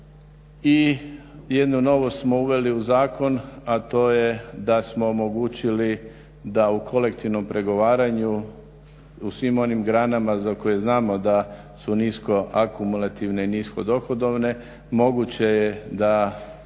i jednu novost smo uveli u zakon, a to je da smo omogućili da u kolektivnom pregovaranju, u svim onim granama za koje znamo da su nisko akumulativne i nisko dohodovne, moguće je da